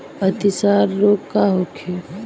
अतिसार रोग का होखे?